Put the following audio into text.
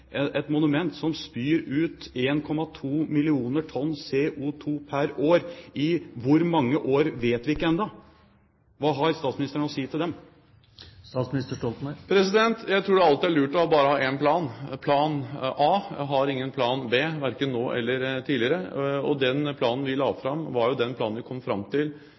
et monument som spyr ut 1,2 millioner tonn CO2 pr. år – i hvor mange år vet vi ikke ennå. Hva har statsministeren å si til dem? Jeg tror det alltid er lurt bare å ha én plan, plan A. Jeg har ingen plan B, verken nå eller tidligere, og den planen vi la fram, var jo den planen vi i fellesskap kom fram til